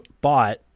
bought